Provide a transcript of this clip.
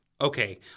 Okay